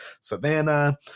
savannah